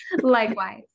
likewise